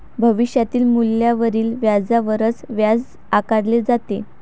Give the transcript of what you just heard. भविष्यातील मूल्यावरील व्याजावरच व्याज आकारले जाते